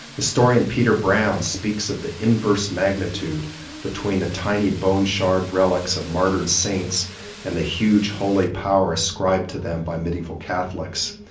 historian peter brown speaks of the inverse magnitude between the tiny bone shard relics of martyred saints and the huge holy power escribed to them by medieval catholics.